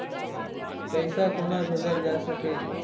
पैसा कोना भैजल जाय सके ये